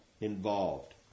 involved